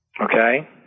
Okay